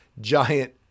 giant